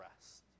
rest